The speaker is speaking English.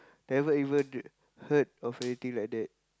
never even heard of anything like that